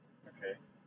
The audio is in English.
okay